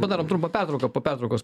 padarom trumpą pertrauką po pertraukos